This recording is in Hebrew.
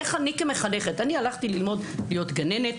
איך אני כמחנכת אני הלכתי ללמוד להיות גננת,